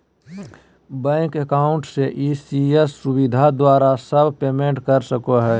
bank account ECS इ.सी.एस सुविधा द्वारा सब पेमेंट कर सको हइ